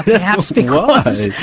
perhaps because.